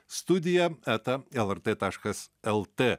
studija eta lrt taškas lt